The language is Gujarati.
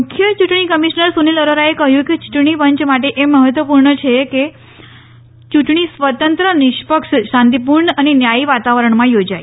મુખ્ય ચુંટણી કમિશ્નર સુનીલ અરોરાએ કહયું કે યુંટણી પંચ માટે એ મહત્વપુર્ણ છે કે યુંટણી સ્વતંત્ર નિષ્પક્ષ શાંતિપુર્ણ અને ન્યાથી વાતાવરણમાં થોજાથ